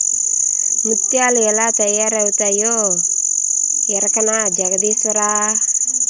ముత్యాలు ఎలా తయారవుతాయో ఎరకనా జగదీశ్వరా